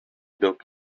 dog